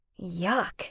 Yuck